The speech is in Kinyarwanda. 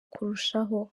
kurushaho